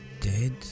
dead